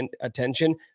attention